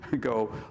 go